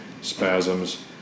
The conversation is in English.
spasms